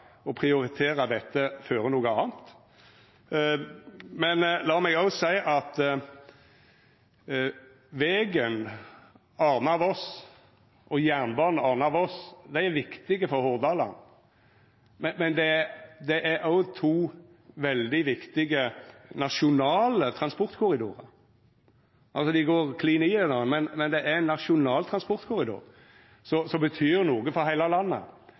å prioritera dette føre noko anna. La meg òg seia at vegen Arna–Voss og jernbanen Arna–Voss er viktige for Hordaland, men det er òg to veldig viktige nasjonale transportkorridorar. Dei går klin i kvarandre, men det er ein nasjonal transportkorridor som betyr noko for heile landet.